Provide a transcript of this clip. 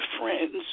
friends